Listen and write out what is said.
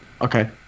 Okay